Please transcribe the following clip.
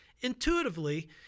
intuitively